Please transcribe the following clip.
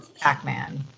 pac-man